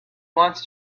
wants